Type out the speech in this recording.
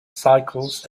cycles